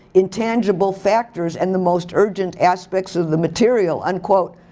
intangible factors and the most urgent aspects of the material, unquote,